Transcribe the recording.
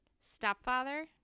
stepfather